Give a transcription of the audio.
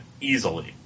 easily